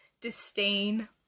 disdain